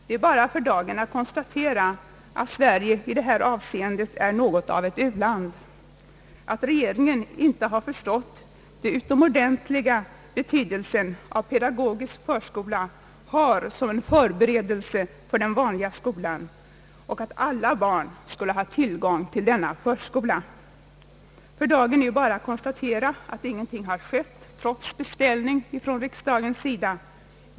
För dagen är bara att konstatera att Sverige i detta avseende är något av ett u-land; att regeringen inte har insett den utomordentliga betydelse som en pedagogisk förskola har såsom en förberedelse till den vanliga skolan och att alla barn borde få tillgång till sådan förskola. För dagen är bara att konstatera att ingenting skett, trots beställning från riksdagens sida.